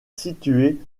situé